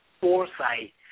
foresight